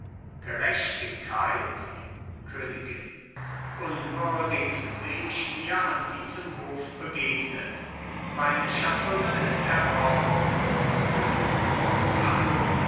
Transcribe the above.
gerechtigkeit königin unwürdig seh ich mir an diesem hof begegnet meine schatulle ist erbrochen könig was